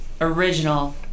original